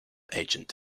agent